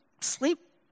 sleep